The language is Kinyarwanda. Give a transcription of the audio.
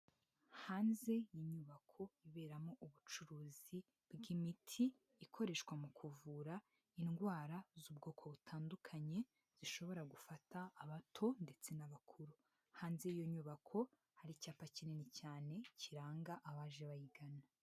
Hanze y'inyubako iberamo ubucuruzi bw'imiti, ikoreshwa mu kuvura indwara z'ubwoko butandukanye, zishobora gufata abato ndetse n'abakuru, hanze y'iyo nyubako hari icyapa kinini cyane kiranga abaje bayigana.